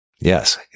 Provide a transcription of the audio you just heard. Yes